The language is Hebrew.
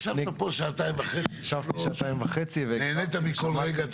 ישבת פה שעתיים וחצי נהנית מכל רגע.